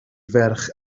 ferch